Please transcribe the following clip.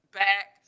back